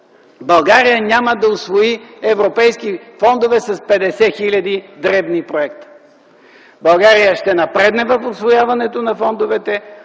България няма да усвои европейски фондове с 50 000 дребни проекта. България ще напредне в усвояването на фондовете,